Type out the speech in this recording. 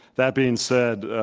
that being said,